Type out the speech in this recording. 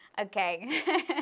Okay